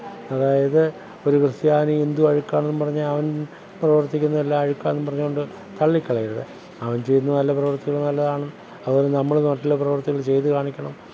അതായത് ഒരു ക്രിസ്ത്യാനി ഹിന്ദു അഴുക്കാണെന്നും പറഞ്ഞ് അവന് പ്രവൃത്തിക്കുന്നതെല്ലാം അഴുക്കാണെന്നും പറഞ്ഞു കൊണ്ട് തള്ളിക്കളയരുത് അവന് ചെയ്യുന്ന നല്ല പ്രവൃത്തികള് നല്ലതാണ് അതുപോലെ നമ്മൾ മറ്റുള്ള പ്രവൃത്തികൾ ചെയ്തു കാണിക്കണം